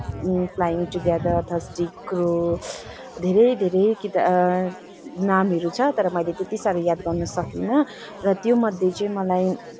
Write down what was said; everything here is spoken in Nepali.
फ्लाइङ टुगेदर थर्स्टी क्रो धेरै धेरै किताब नामहरू छ तर मैले त्यति साह्रो याद गर्न सकिनँ र त्योमध्ये चाहिँ मलाई